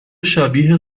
شبیه